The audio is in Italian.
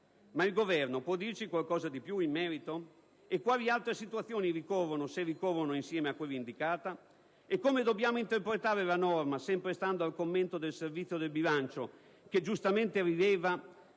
ma il Governo può dirci qualcosa di più in merito? Quali altre situazioni ricorrono, se ricorrono, insieme a quella indicata? Come dobbiamo interpretare la norma, sempre stando al commento del Servizio del bilancio, che giustamente rileva: